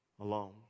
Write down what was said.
alone